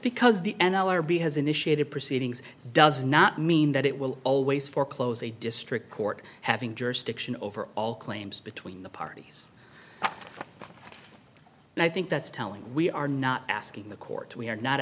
because the n l r b has initiated proceedings does not mean that it will always foreclose a district court having jurisdiction over all claims between the parties and i think that's telling we are not asking the court we're not